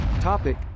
topic